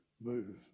move